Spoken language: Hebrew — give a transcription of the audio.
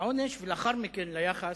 לעונש ולאחר מכן ליחס,